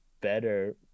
better